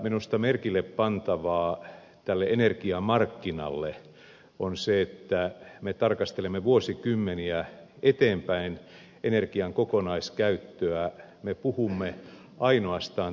minusta merkillepantavaa tälle energiamarkkinalle on se että me tarkastelemme vuosikymmeniä eteenpäin energian kokonaiskäyttöä me puhumme ainoastaan terawattitunneista